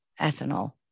ethanol